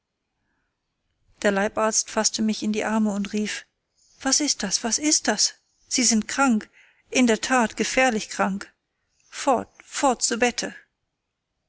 der leibarzt faßte mich in die arme und rief was ist das was ist das sie sind krank in der tat gefährlich krank fort fort zu bette